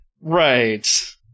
Right